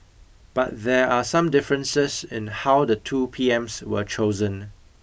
but there are some differences in how the two P M S were chosen